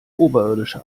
oberirdische